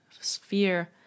sphere